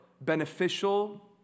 beneficial